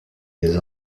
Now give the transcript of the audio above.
les